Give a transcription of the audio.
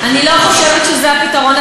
אני לא חושבת שזה הפתרון.